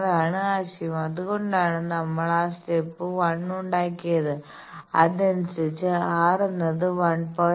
അതാണ് ആശയം അതുകൊണ്ടാണ് നമ്മൾ ആ സ്റ്റെപ് 1 ഉണ്ടാക്കിയത് അതനുസരിച്ച് R എന്നത് 1